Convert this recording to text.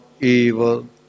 evil